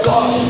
God